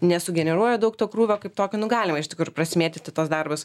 nesugeneruoja daug to krūvio kaip tokio nu galima iš kur prasimėtyti tuos darbus